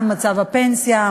מצב הפנסיה,